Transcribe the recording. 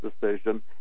decision